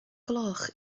gloch